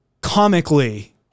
comically